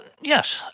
Yes